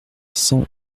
cent